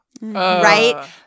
Right